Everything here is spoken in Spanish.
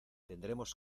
tendremos